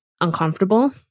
uncomfortable